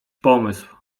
pomysł